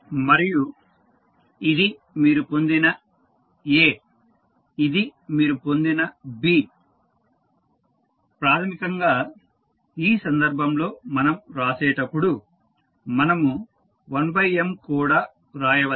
మరియు ఇది మీరు పొందిన A ఇది మీరు పొందిన B ప్రాథమికంగా ఈ సందర్భంలో మనం వ్రాసేటప్పుడు మనము 1 M కూడా వ్రాయవచ్చు